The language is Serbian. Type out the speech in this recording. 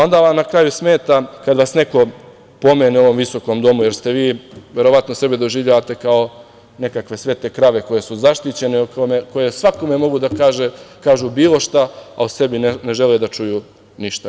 Onda vam na kraju smeta kad vas neko pomene u ovom visokom Domu, jer vi verovatno sebe doživljavate kao nekakve svete krave koje su zaštićene i koje svakome mogu da kažu bilo šta, a o sebi ne žele da čuju ništa.